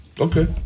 Okay